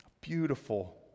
beautiful